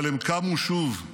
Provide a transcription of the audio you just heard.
אבל הם קמו שוב.